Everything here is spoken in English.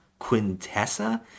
Quintessa